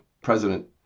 President